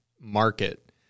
market